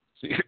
See